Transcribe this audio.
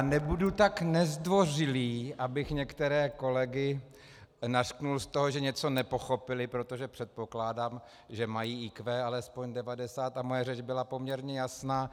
Nebudu tak nezdvořilý, abych některé kolegy nařkl z toho, že něco nepochopili, protože předpokládám, že mají IQ alespoň 90, a moje řeč byla poměrně jasná.